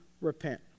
repent